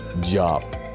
job